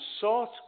sought